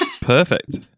Perfect